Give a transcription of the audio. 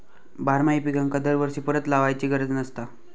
बारमाही पिकांका दरवर्षी परत लावायची गरज नसता